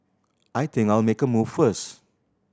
I think I'll make a move first